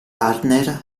partner